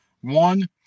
one